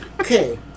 okay